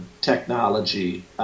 technology